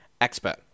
expert